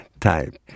type